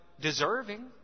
deserving